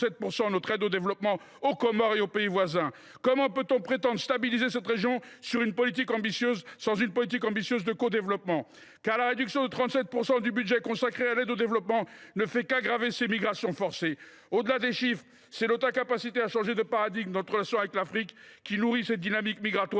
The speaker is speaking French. Comment peut on prétendre stabiliser cette région sans une politique ambitieuse de codéveloppement ? Car la réduction de 37 % du budget consacré à l’aide au développement ne fait qu’aggraver les migrations forcées. Au delà des chiffres, c’est notre incapacité à changer de paradigme dans notre relation avec l’Afrique qui nourrit cette dynamique migratoire.